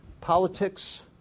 politics